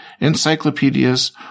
encyclopedias